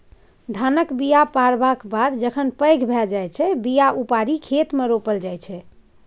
धानक बीया पारबक बाद जखन पैघ भए जाइ छै बीया उपारि खेतमे रोपल जाइ छै